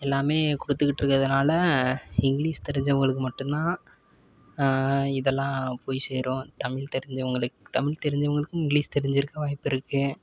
எல்லாமே கொடுத்துகிட்ருக்கறதுனால இங்கிலீஸ் தெரிஞ்சவர்களுக்கு மட்டும்தான் இதெல்லாம் போய் சேரும் தமிழ் தெரிஞ்சவர்களுக்கு தமிழ் தெரிஞ்சவர்களுக்கும் இங்கிலீஸ் தெரிஞ்சுருக்க வாய்ப்பிருக்குது